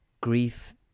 grief